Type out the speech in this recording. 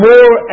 More